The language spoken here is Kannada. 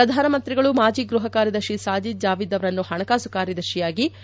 ಪ್ರಧಾನಮಂತ್ರಿಗಳು ಮಾಜಿ ಗೃಹ ಕಾರ್ಯದರ್ತಿ ಸಾಜೀದ್ ಜಾವಿದ್ ಅವರನ್ನು ಹಣಕಾಸು ಕಾರ್ಯದರ್ಶಿಯಾಗಿ ನೇಮಿಸಿದ್ದಾರೆ